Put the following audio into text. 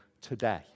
today